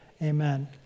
Amen